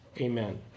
Amen